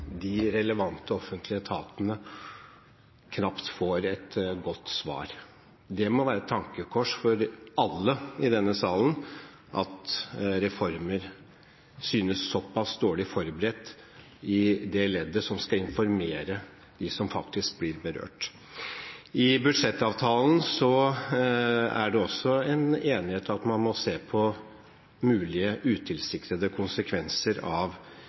de relevante offentlige etatene knapt får et godt svar. Det må være et tankekors for alle i denne salen at reformer synes såpass dårlig forberedt i det leddet som skal informere dem som faktisk blir berørt. I budsjettavtalen er det også en enighet om at man må se på mulige utilsiktede konsekvenser av